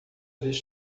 vez